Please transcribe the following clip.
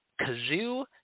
kazoo